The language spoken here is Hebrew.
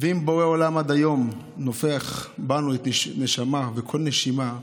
אם בורא עולם עד היום נופח בנו נשמה וכל נשימה,